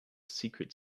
secret